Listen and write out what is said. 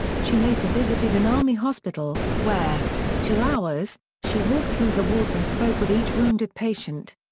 she later visited an army hospital, where, for two hours, she walked through the wards and spoke with each wounded patient.